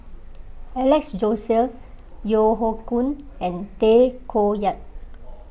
Alex Josey Yeo Hoe Koon and Tay Koh Yat